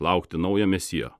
laukti naujo mesijo